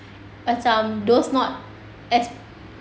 macam those not as